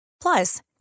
Plus